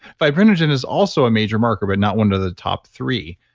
fibrinogen is also a major marker, but not one of the top three.